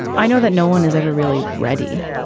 i know that no one is ever really ready,